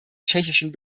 tschechischen